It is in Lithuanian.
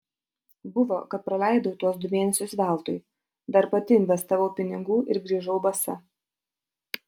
buvo kad praleidau tuos du mėnesius veltui dar pati investavau pinigų ir grįžau basa